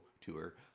tour